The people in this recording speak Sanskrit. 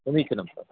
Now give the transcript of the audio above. समीचीनं स